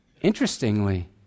Interestingly